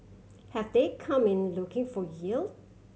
have they come in looking for yield